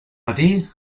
matí